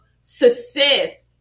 success